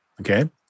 okay